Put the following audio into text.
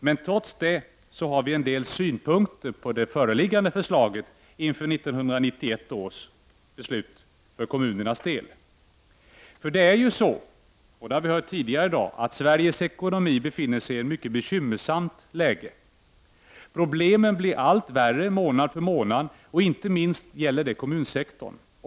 Men trots detta har vi en del synpunkter på det nu föreliggande förslaget inför år 1991 för kommunernas del. Det är ju så — det har vi hört tidigare i dag — att Sveriges ekonomi befinner sig i ett mycket bekymmersamt läge. Problemen blir allt värre månad för månad, och inte minst gäller det inom kommunsektorn.